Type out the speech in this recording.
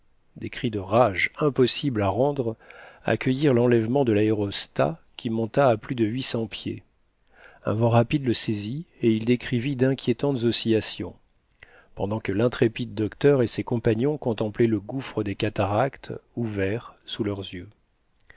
des cris de rage impossibles à rendre accueillirent l'enlèvement de l'aérostat qui monta à plus de huit cents pieds un vent rapide le saisit et il décrivit d'inquiétantes oscillations pendant que l'intrépide docteur et ses compagnons contemplaient le gouffre des cataractes ouvert sous leurs yeux